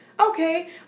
Okay